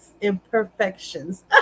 imperfections